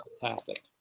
fantastic